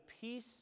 peace